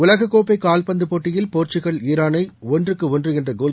உலகக் கோப்பை கால்பந்து போட்டியில் போர்ச்சுக்கல்ஈரானை ஒன்று ஒன்று என்ற கோல்